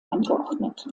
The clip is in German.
angeordnet